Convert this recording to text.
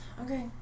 Okay